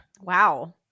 Wow